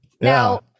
Now